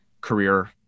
career